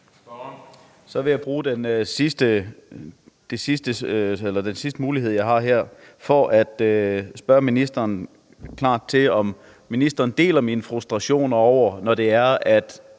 Så vil jeg bruge min sidste mulighed her på at spørge ministeren, om ministeren deler min frustration over, at